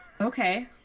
Okay